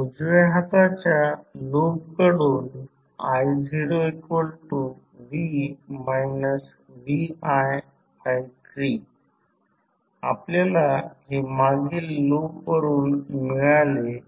उजव्या हाताच्या लूप कढुन i0v vi3 आपल्याला हे मागील लूप वरून मिळाले